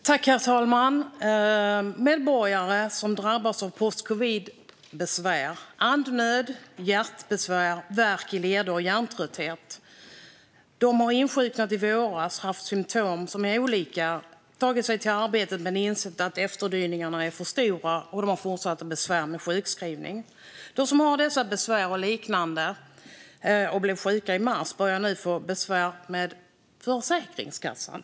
Herr talman! Medborgare som drabbas av post-covid-besvär - andnöd, hjärtbesvär, värk i leder och hjärntrötthet - har insjuknat i våras och haft symtom som är olika. De har sedan tagit sig till arbetet men insett att efterdyningarna är för stora, och de har fortsatta besvär med sjukskrivning. De som har dessa och liknande besvär och blev sjuka i mars börjar nu få besvär med Försäkringskassan.